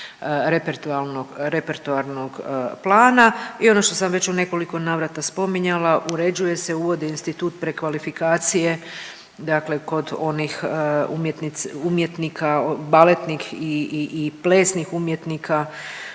repertoarnog plana i ono što sam već u nekoliko navrata spominjala uređuje se, uvode institut prekvalifikacije dakle kod onih umjetnika baletnih i plesnih umjetnika